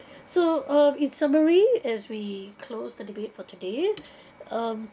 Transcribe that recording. so um in summary as we close the debate for today um